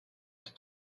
talk